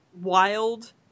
wild